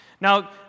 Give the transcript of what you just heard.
Now